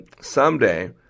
Someday